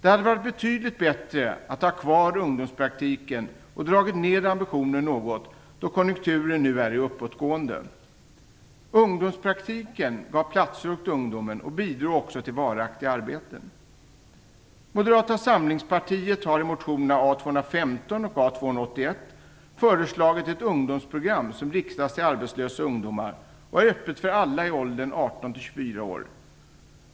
Det hade varit betydligt bättre att ha kvar ungdomspraktiken och dra ned ambitionen något, då konjunkturen nu är i uppåtgående. Ungdomspraktiken gav platser åt ungdomen och bidrog också till varaktiga arbeten. 18-24 år.